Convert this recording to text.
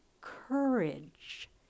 courage